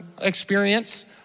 experience